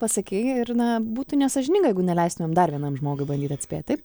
pasakei ir na būtų nesąžininga jeigu neleistumėm dar vienam žmogui bandyt atspėt taip